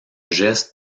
geste